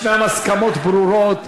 יש הסכמות ברורות,